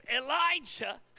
Elijah